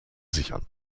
sichern